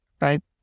right